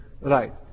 right